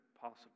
possible